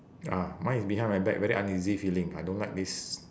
ya mine is behind my back very uneasy feeling I don't like this